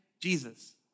Jesus